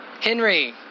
Henry